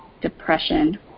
depression